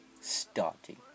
starting